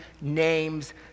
names